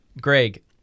Greg